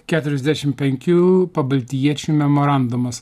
keturiasdešim penkių pabaltijiečių memorandumas